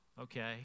okay